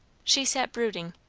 she sat brooding,